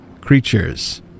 creatures